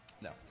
no